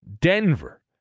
Denver